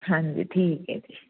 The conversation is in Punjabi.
ਹਾਂਜੀ ਠੀਕ ਹੈ ਜੀ